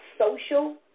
social